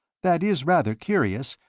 that is rather curious,